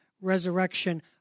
resurrection